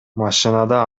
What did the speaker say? машинада